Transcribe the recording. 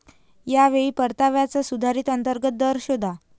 या वेळी परताव्याचा सुधारित अंतर्गत दर शोधा